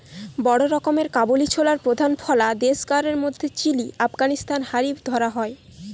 বড় রকমের কাবুলি ছোলার প্রধান ফলা দেশগার মধ্যে চিলি, আফগানিস্তান হারি ধরা হয়